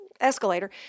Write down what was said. escalator